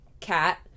cat